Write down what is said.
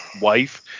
wife